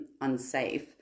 unsafe